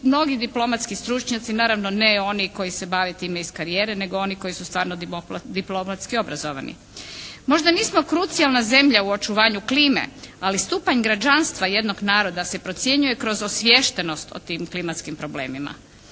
mnogi diplomatski stručnjaci, naravno ne oni koji se bave time iz karijere nego oni koji su stvarno diplomatski obrazovani. Možda nismo krucijalna zemlja u očuvanju klime, ali stupanj građanstva jednog naroda se procjenjuje kroz osviještenost o tim klimatskim problemima.